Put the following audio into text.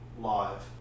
live